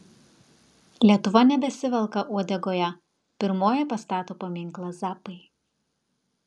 lietuva nebesivelka uodegoje pirmoji pastato paminklą zappai